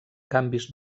canvis